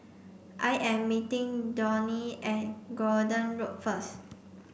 I am meeting Dawne at Gordon Road first